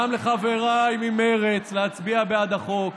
גם לחבריי ממרצ, להצביע בעד החוק,